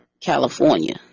California